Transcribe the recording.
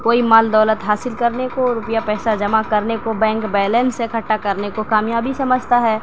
کوئی مال دولت حاصل کرنے کو روپیہ پیسہ جمع کرنے کو بینک بیلینس اکٹّھا کرنے کو کامیابی سمجھتا ہے